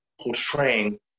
portraying